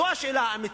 זו השאלה האמיתית,